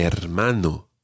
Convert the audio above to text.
hermano